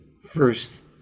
first